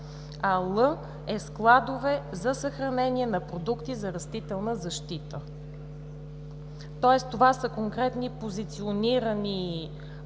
„л“ е складове за съхранение на продукти за растителна защита. Тоест това са конкретни позиционирани постройки,